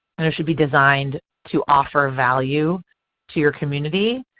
and it should be designed to offer value to your community.